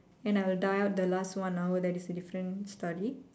and I will dial up the last one how is that a different study